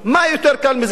מה יותר קל מזה?